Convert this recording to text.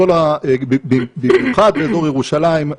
במיוחד באזור ירושלים,